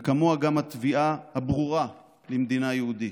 וכמוה התביעה הברורה למדינה יהודית.